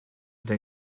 they